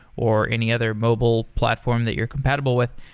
or any other mobile platform that you're compatible with.